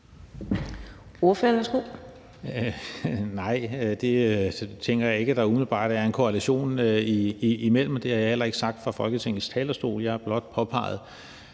Friis Bach (RV): Nej, de ting tænker jeg ikke umiddelbart der er en korrelation imellem, og det har jeg heller ikke sagt fra Folketingets talerstol. Jeg har blot påpeget,